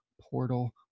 portal